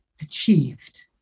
achieved